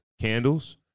Candles